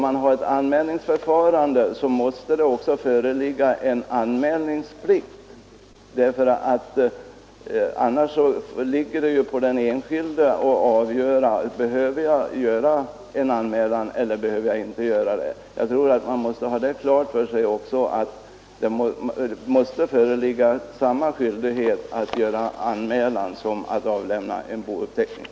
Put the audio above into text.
Vid anmälningsförfarandet måste anmälningsplikt föreligga, annars ankommer det på den enskilde att avgöra om anmälan behöver ske. Det måste givetvis föreligga samma skyldighet att göra anmälan som nu att avlämna en bouppteckning.